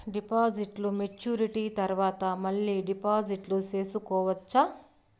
డిపాజిట్లు మెచ్యూరిటీ తర్వాత మళ్ళీ డిపాజిట్లు సేసుకోవచ్చా?